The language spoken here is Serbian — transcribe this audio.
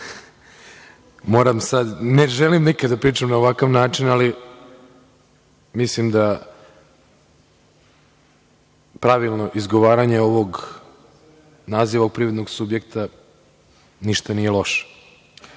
„teniza“, ne želim nikada da pričam na ovakav način, ali mislim da pravilno izgovaranje naziva ovog privrednog subjekta ništa nije loše. Što